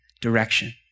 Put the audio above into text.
direction